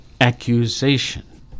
Accusation